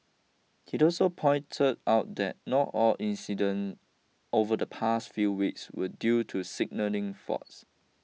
he also pointed out that not all incident over the past few weeks were due to signalling faults